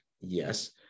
Yes